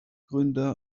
gründer